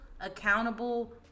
accountable